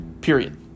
period